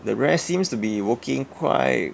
the rest seems to be working quite